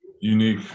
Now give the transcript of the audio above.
unique